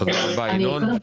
תודה רבה ינון.